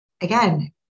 again